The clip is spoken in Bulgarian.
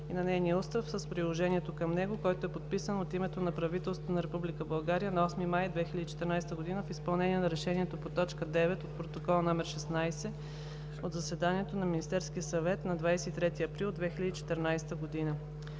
и на нейния устав с приложението към него, който е подписан от името на правителството на Република България на 8 май 2014 г. в изпълнение на решението по т. 9 от Протокол № 16 от заседанието на Министерския съвет на 23 април 2014 г.